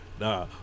nah